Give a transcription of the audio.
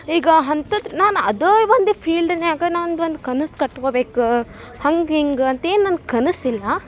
ಈಗ ಅಂಥದ್ದು ನಾನು ಅದೇ ಒಂದು ಫೀಲ್ಡ್ನ್ಯಾಗ ನಂದು ಒಂದು ಕನಸು ಕಟ್ಕೊಬೇಕು ಹಂಗೆ ಹಿಂಗೆ ಅಂತೇನು ನನ್ನ ಕನಸಿಲ್ಲ